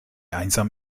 einsam